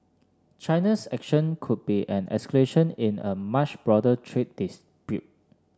China's action could be an escalation in a much broader trade dispute